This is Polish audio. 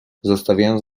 zostawiając